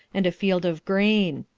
and a field of grain.